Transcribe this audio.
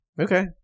Okay